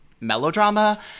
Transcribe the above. melodrama